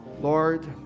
Lord